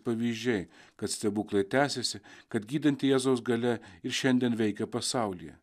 pavyzdžiai kad stebuklai jie tęsiasi kad gydanti jėzaus galia ir šiandien veikia pasaulyje